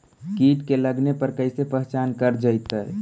कीट के लगने पर कैसे पहचान कर जयतय?